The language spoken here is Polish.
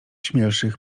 śmielszych